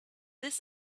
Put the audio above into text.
this